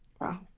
Wow